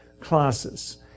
classes